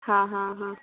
ହଁ ହଁ ହଁ